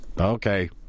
Okay